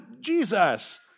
Jesus